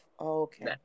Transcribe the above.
okay